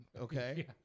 okay